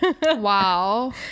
Wow